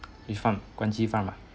which one kranji farm ah